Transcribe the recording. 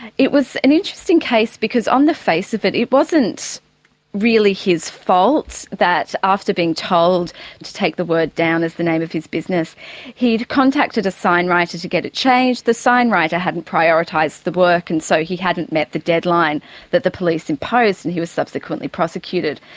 it was and interesting case because because on the face of it it wasn't really his fault that after being told to take the word down as the name of his business he had contacted a signwriter to get it changed. the signwriter hadn't prioritised the work and so he hadn't met the deadline that the police imposed and he was subsequently prosecuted.